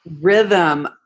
rhythm